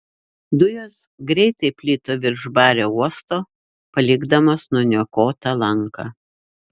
dujos greitai plito virš bario uosto palikdamos nuniokotą lanką